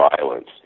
violence